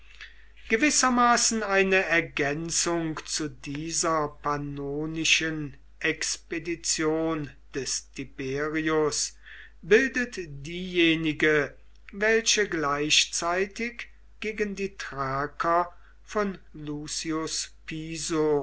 gewissermaßen eine ergänzung zu dieser pannonischen expedition des tiberius bildet diejenige welche gleichzeitig gegen die thraker von lucius piso